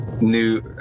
new